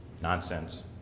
Nonsense